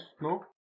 no